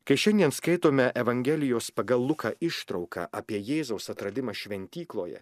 kai šiandien skaitome evangelijos pagal luką ištrauką apie jėzaus atradimą šventykloje